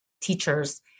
teachers